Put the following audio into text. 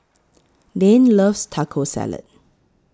Dane loves Taco Salad